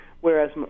Whereas